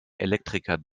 elektriker